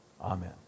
Amen